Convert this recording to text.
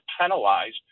penalized